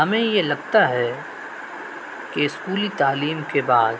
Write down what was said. ہمیں یہ لگتا ہے کہ اسکولی تعلیم کے بعد